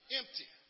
empty